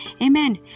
Amen